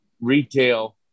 retail